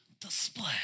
display